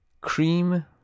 cream